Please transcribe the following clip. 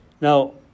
Now